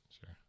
Sure